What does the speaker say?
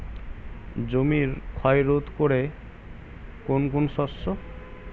জমির ক্ষয় রোধ করে কোন কোন শস্য?